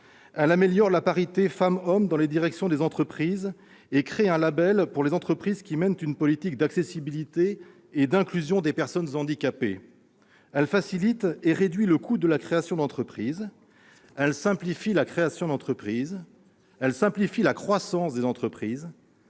elle améliorera la parité femmes-hommes dans les directions des entreprises et créera un label pour les entreprises qui mènent une politique d'accessibilité et d'inclusion des personnes handicapées ; elle facilitera la création d'entreprises et réduira son coût ; elle simplifiera la croissance des entreprises